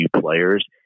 players